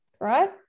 right